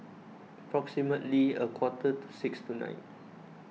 approximately a quarter to six tonight